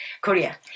Korea